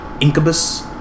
Incubus